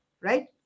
Right